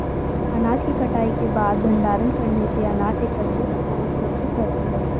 अनाज की कटाई के बाद भंडारण करने से अनाज एकत्रितऔर सुरक्षित रहती है